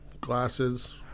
Glasses